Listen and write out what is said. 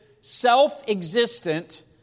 self-existent